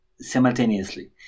simultaneously